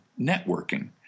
networking